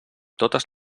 totes